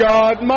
God